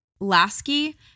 Lasky